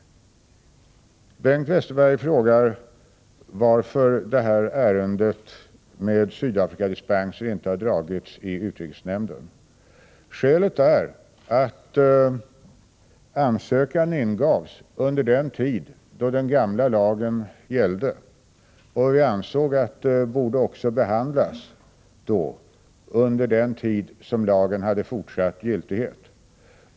Bengt Westerberg frågar varför vissa Sydafrikadispenser inte föredragits i utrikesnämnden. Skälet är att ansökan ingavs under den tid då den gamla lagen gällde. Vi ansåg att ansökan borde behandlas under den tid som lagen hade fortsatt giltighet.